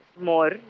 more